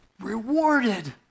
rewarded